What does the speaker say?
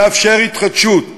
לאפשר התחדשות,